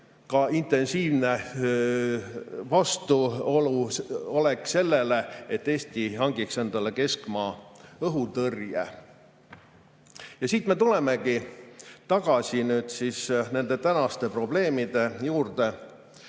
Ka intensiivne vastuolek sellele, et Eesti hangiks endale keskmaa õhutõrje. Ja siit me tulemegi tagasi nüüd nende tänaste probleemide juurde.